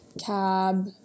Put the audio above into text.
Cab